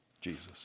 Jesus